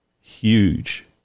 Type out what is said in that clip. huge